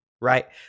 right